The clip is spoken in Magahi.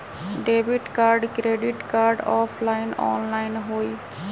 Debit card credit card offline online होई?